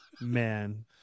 Man